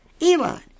Elon